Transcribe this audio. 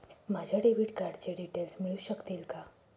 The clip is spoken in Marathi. माझ्या डेबिट कार्डचे डिटेल्स मिळू शकतील का?